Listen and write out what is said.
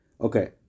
okay